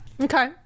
Okay